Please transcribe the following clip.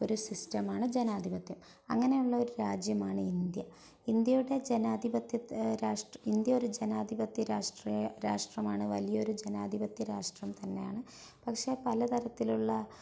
ഒരു സിസ്റ്റമാണ് ജനാധിപത്യം അങ്ങനെയുള്ളൊരു രാജ്യമാണ് ഇന്ത്യ ഇന്ത്യയുടെ ജനാധിപത്യത്തെ ഇന്ത്യ ഒരു ജനാധിപത്യ രാഷ്ട്രമാണ് വലിയൊരു ജനാധിപത്യ രാഷ്ട്രംതന്നെയാണ് പക്ഷേ പലതരത്തിലുള്ള